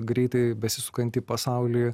greitai besisukantį pasaulį